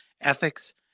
ethics